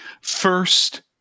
first